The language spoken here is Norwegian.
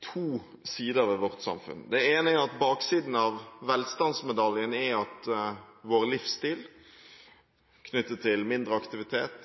to sider ved vårt samfunn. Det ene er at baksiden av velstandsmedaljen er at vår livsstil knyttet til mindre aktivitet,